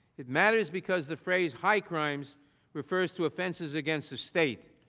it matters because the phrase high crime so refers to offenses against the state.